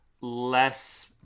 less